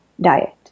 diet